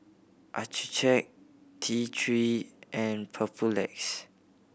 Accucheck T Three and Papulex